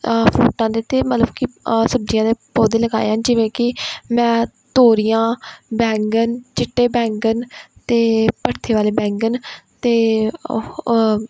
ਫਰੂਟਾਂ ਦੇ ਅਤੇ ਮਤਲਬ ਕਿ ਸਬਜ਼ੀਆਂ ਦੇ ਪੌਦੇ ਲਗਾਏ ਹਨ ਜਿਵੇਂ ਕਿ ਮੈਂ ਤੋਰੀਆਂ ਬੈਂਗਣ ਚਿੱਟੇ ਬੈਂਗਣ ਅਤੇ ਭਰਥੇ ਵਾਲੇ ਬੈਂਗਣ ਅਤੇ ਅਹ